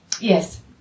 Yes